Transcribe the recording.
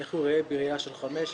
איך הוא ייראה בראייה של חמש,